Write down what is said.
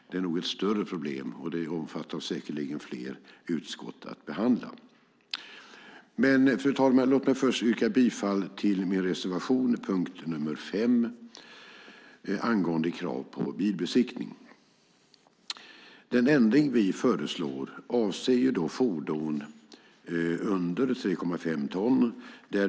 Det är nog ett större problem, och det omfattar säkert behandling i fler utskott. Jag vill först yrka bifall till min reservation under punkt 5 angående krav på bilbesiktning. Den ändring vi föreslår avser fordon under 3,5 ton.